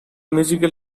musical